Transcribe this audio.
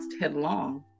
headlong